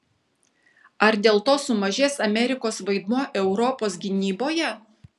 ar dėl to sumažės amerikos vaidmuo europos gynyboje